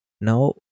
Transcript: Now